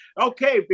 okay